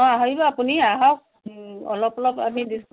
অঁ আহিব আপুনি আহক অলপ অলপ আমি